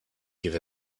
give